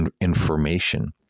information